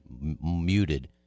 muted